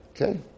Okay